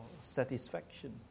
satisfaction